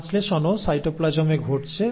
ট্রান্সলেশনও সাইটোপ্লাজমে ঘটছে